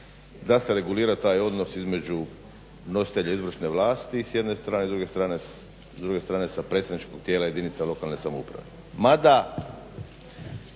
da se regulira taj odnos između nositelja izvršne vlasti s jedne strane, a s druge strane sa predstavničkog tijela jedinica lokalna samouprave.